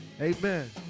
Amen